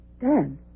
Dan